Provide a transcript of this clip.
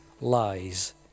lies